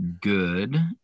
good